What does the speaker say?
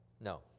No